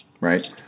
right